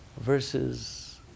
versus